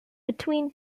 between